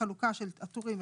חלוקה של הטורים.